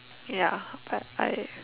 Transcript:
ya but I